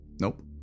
Nope